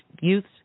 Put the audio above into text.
youths